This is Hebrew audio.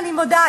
אני מודה,